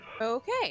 Okay